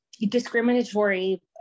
discriminatory